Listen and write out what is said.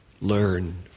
learn